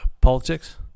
politics